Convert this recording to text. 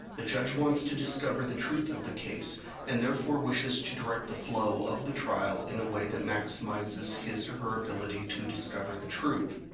the judge wants to discover the truth of the case and therefore wishes to direct the flow the trial in a way that maximizes his or her ability to discover the truth.